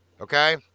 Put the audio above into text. okay